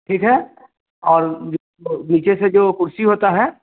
ठीक है और नीचे से जो कुर्सी होता है